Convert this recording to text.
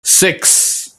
six